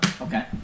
Okay